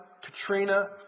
Katrina